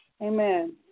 Amen